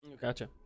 Gotcha